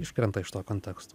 iškrenta iš to konteksto